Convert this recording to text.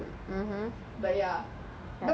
but ya